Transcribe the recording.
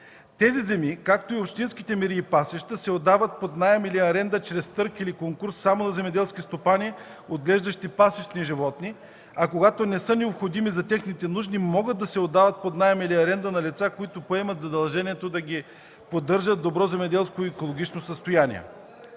Тези земи, както и общинските мери и пасища, се отдават под наем или аренда чрез търг или конкурс само на земеделски стопани, отглеждащи пасищни животни, а когато не са необходими за техните нужди, могат да се отдават под наем или аренда на лица, които поемат задължението да ги поддържат в добро земеделско и екологично състояние.